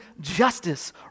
justice